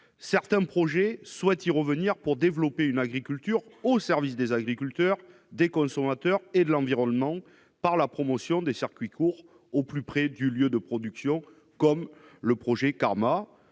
Certains projets visent à y revenir pour développer une agriculture au service des agriculteurs, des consommateurs et de l'environnement, par la promotion des circuits courts au plus près du lieu de production ; je pense, par